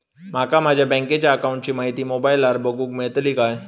माका माझ्या बँकेच्या अकाऊंटची माहिती मोबाईलार बगुक मेळतली काय?